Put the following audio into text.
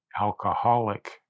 alcoholic